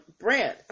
brand